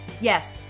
Yes